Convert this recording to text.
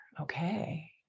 okay